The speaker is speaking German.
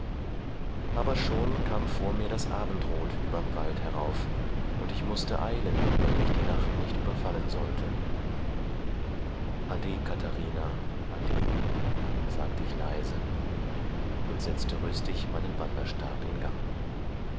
aber schon kam vor mir das abendroth überm wald herauf und ich mußte eilen wenn mich die nacht nicht überfallen sollte ade katharina ade sagte ich leise und setzte rüstig meinen wanderstab in gang